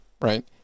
right